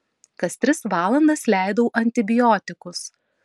kas tris valandas leidau antibiotikus